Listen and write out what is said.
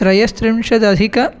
त्रयस्त्रिंशदधिकम्